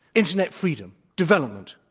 internet freedom, development,